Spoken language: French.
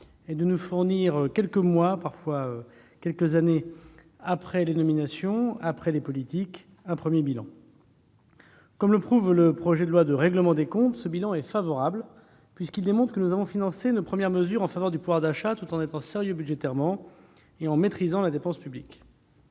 et de fournir, quelques mois après la nomination de celui-ci, un premier bilan. Comme le prouve le projet de loi de règlement des comptes, ce bilan est favorable, puisqu'il démontre que nous avons financé nos premières mesures en faveur du pouvoir d'achat, tout en étant sérieux budgétairement et en maîtrisant la dépense publique.